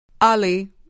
Ali